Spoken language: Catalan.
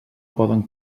poden